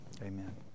Amen